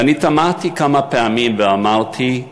ואני תמהתי כמה פעמים ואמרתי: